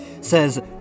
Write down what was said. says